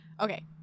Okay